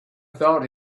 thought